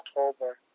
October